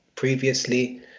previously